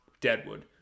Deadwood